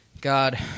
God